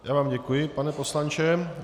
Já vám děkuji, pane poslanče.